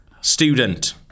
student